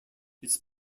its